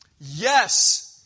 Yes